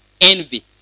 Envy